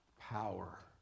power